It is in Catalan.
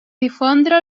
difondre